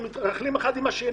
הם מרכלים אחד על השני,